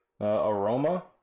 aroma